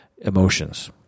emotions